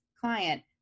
client